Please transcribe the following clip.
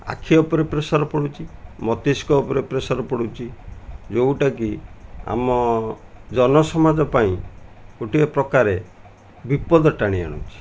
ଆଖି ଉପରେ ପ୍ରେସର ପଡ଼ୁଛି ମସ୍ତିଷ୍କ ଉପରେ ପ୍ରେସର୍ ପଡ଼ୁଛି ଯେଉଁଟା କି ଆମ ଜନସମାଜ ପାଇଁ ଗୋଟିଏ ପ୍ରକାରେ ବିପଦ ଟାଣି ଆଣୁଛି